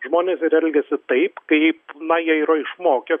žmonės ir elgiasi taip kaip na jie yra išmokę